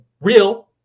real